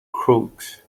crooks